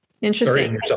Interesting